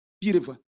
Beautiful